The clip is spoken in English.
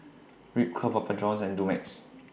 Ripcurl Papa Johns and Dumex